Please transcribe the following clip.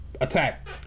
attack